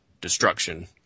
destruction